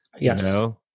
Yes